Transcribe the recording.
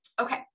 Okay